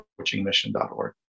coachingmission.org